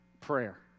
prayer